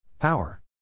Power